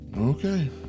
okay